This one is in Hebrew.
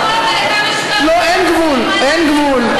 אין גבול, לא, אין גבול.